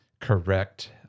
correct